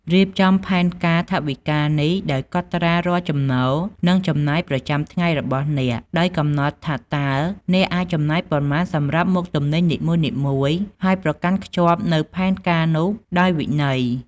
រៀបចំផែនការថវិកានេះដោយកត់ត្រារាល់ចំណូល និងចំណាយប្រចាំថ្ងៃរបស់អ្នក ដោយកំណត់ថាតើអ្នកអាចចំណាយប៉ុន្មានសម្រាប់មុខទំនិញនីមួយៗ ហើយប្រកាន់ខ្ជាប់នូវផែនការនោះដោយវិន័យ។